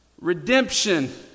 Redemption